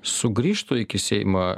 sugrįžtų iki seimą